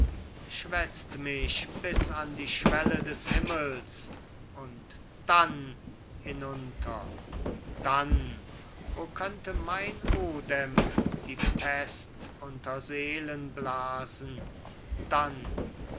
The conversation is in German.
schwätzt mich bis an die schwelle des himmels und dann hinunter dann o könnte mein odem die pest unter seelenblasen dann